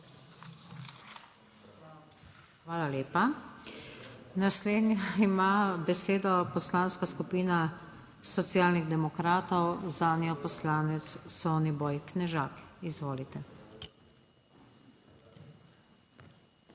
Hvala lepa. Naslednja ima besedo Poslanska skupina Socialnih demokratov, zanjo poslanec Soniboj Knežak. Izvolite.